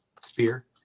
sphere